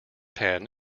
pen